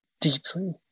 deeply